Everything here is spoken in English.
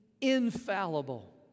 infallible